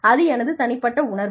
அது எனது தனிப்பட்ட உணர்வு